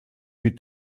mit